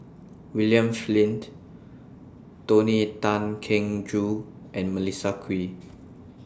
William Flint Tony Tan Keng Joo and Melissa Kwee